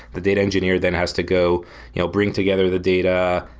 the data engineer then has to go you know bring together the data,